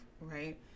right